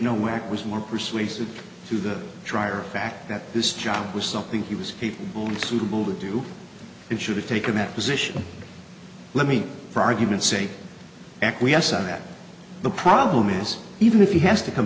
nowhere was more persuasive to the dryer a fact that this job was something he was people who will do it should have taken that position let me for argument's sake acquiescent that the problem is even if he has to come